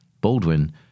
Baldwin